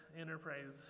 Enterprise